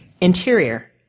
Interior